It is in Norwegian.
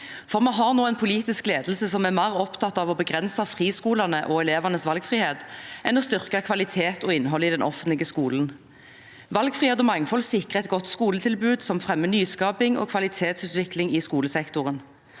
Vi har nå en politisk ledelse som er mer opptatt av å begrense friskolene og elevenes valgfrihet enn å styrke kvalitet og innhold i den offentlige skolen. Valgfrihet og mangfold sikrer et godt skoletilbud som fremmer nyskaping og kvalitetsutvikling i skolesektoren.